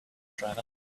driver